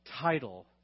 title